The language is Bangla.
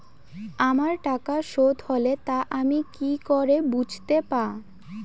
আমার টাকা শোধ হলে তা আমি কি করে বুঝতে পা?